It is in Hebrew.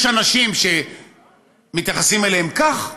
יש אנשים שמתייחסים אליהם כך,